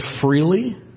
freely